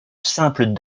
simples